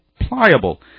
pliable